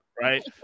right